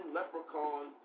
Leprechaun